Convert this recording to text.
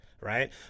right